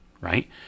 right